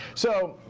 so